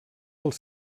els